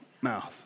Mouth